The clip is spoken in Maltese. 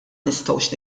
nistgħux